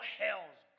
hell's